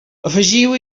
afegiu